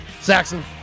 Saxon